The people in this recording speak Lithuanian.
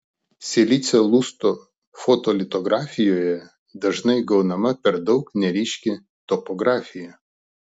silicio lusto fotolitografijoje dažnai gaunama per daug neryški topografija